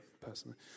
personally